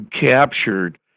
captured